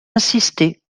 insister